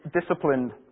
disciplined